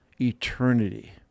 eternity